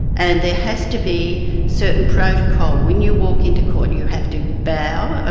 and there has to be certain protocol. when you walk into court you have to bow,